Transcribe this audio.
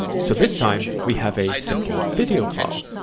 so this time we have a simple video file